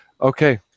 Okay